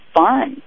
fun